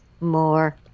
more